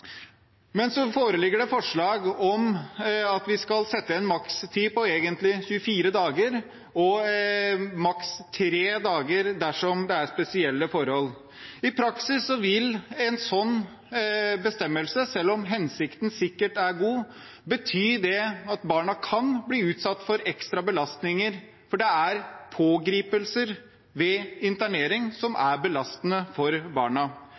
Det foreligger forslag om at vi skal sette en makstid på 24 timer og maks tre dager dersom det er spesielle forhold. I praksis vil en slik bestemmelse – selv om hensikten sikkert er god – bety at barna kan bli utsatt for ekstra belastninger, for det er pågripelsen ved internering som er belastende for barna.